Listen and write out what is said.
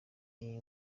iyi